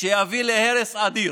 שיביא להרס אדיר.